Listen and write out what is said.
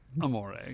Amore